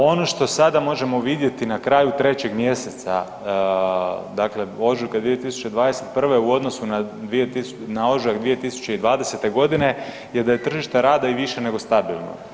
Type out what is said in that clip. Ono što sada možemo vidjeti na kraju 3. mjeseca dakle ožujka 2021. u odnosu na ožujak 2020. godine je da je tržište rada i više nego stabilno.